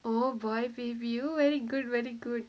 oh boy baby very good very good